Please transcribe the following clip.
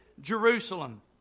Jerusalem